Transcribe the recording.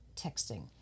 texting